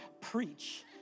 preach